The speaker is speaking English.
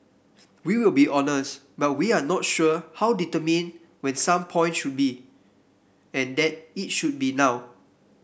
we will be honest but we're not sure how determined when some point should be and that it should be now